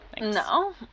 No